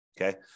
okay